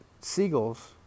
seagulls